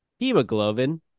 Hemoglobin